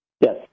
Yes